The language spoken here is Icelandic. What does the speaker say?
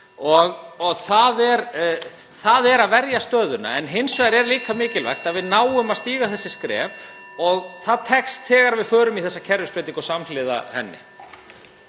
og það er að verja stöðuna. (Forseti hringir.) En hins vegar er líka mikilvægt að við náum að stíga þessi skref og það tekst þegar við förum í þessa kerfisbreytingu og samhliða henni.